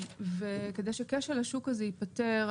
אז אני קצת אקדים הערה שלי לגבי אחד הסעיפים האחרונים,